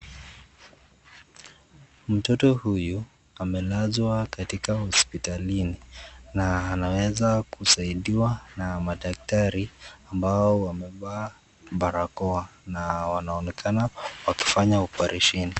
Mtoto huyu amelazwa katika hospitalini na anaweza kusaidiwa na madaktari ambao wamevaa barakoa na wanaonekana wakifanya oparesheni.